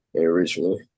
originally